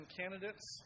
candidates